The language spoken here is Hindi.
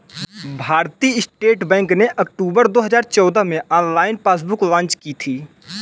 भारतीय स्टेट बैंक ने अक्टूबर दो हजार चौदह में ऑनलाइन पासबुक लॉन्च की थी